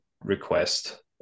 request